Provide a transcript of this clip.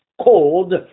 Called